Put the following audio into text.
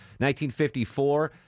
1954